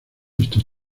estos